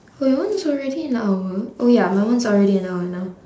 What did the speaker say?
oh your one is already an hour oh ya my one is already an hour now